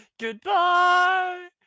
Goodbye